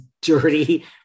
dirty